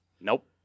Nope